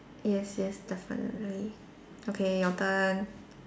yes yes definitely okay your turn